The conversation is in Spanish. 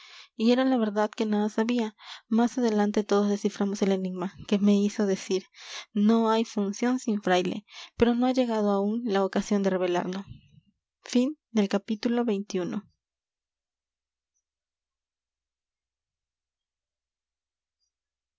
y era la verdad que nada sabía más adelante todos desciframos el enigma que me hizo decir no hay función sin fraile pero no ha llegado aún la ocasión de revelarlo